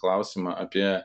klausimą apie